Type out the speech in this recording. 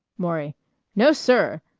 maury no, sir!